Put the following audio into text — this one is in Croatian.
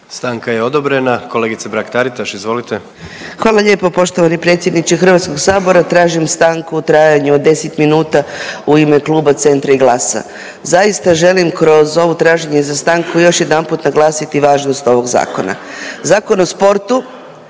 Stanka je odobrena. Kolegice Mrak Taritaš izvolite. **Mrak-Taritaš, Anka (GLAS)** Hvala lijepo poštovani predsjedniče HS-a. Tražim stanku u trajanju od 10 minuta u ime kluba Centra i GLAS-a. Zaista želim kroz ovo traženje za stanku još jedanput naglasiti važnost ovog zakona. Zakon o sportu